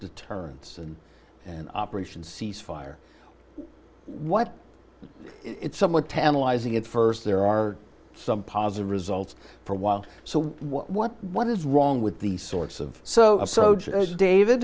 deterrence and an operation cease fire what it's somewhat tantalizing at st there are some positive results for a while so what what is wrong with the source of so as david